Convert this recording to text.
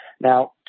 Now